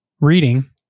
reading